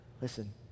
Listen